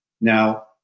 Now